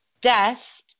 death